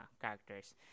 characters